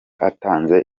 atanze